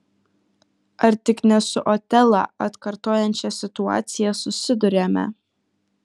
ar tik ne su otelą atkartojančia situacija susiduriame